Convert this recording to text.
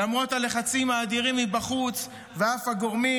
למרות הלחצים האדירים מבחוץ ואף הגורמים